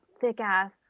thick-ass